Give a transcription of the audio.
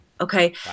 Okay